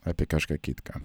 apie kažką kitką